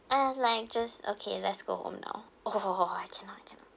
I was like just okay let's go home now oh I cannot I cannot